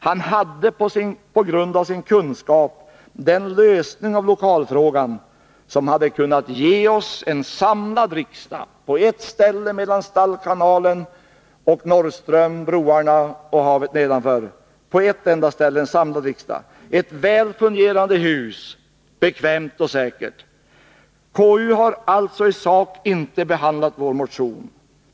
Han hade på grund av sin kunskap den lösning av lokalfrågan som kunnat ge oss en samlad riksdag på ett ställe mellan Stallkanalen, Norrström och vattnet nedanför, ett väl fungerande hus, bekvämt och säkert. Konstitutionsutskottet har alltså i sak inte behandlat vår motion.